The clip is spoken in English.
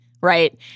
right